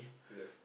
yeah